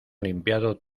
limpiado